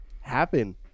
happen